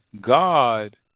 God